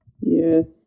Yes